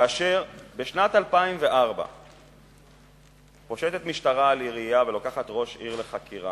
כשבשנת 2004 פושטת משטרה על העירייה ולוקחת ראש עיר לחקירה,